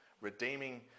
Redeeming